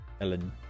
Ellen